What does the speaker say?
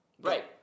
Right